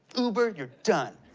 uber, you're done!